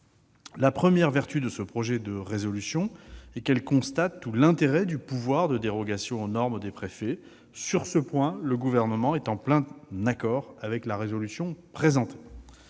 La première vertu de cette proposition de résolution est qu'elle constate tout l'intérêt du pouvoir de dérogation aux normes des préfets. Sur ce point, le Gouvernement est en plein accord. Ensuite, ce texte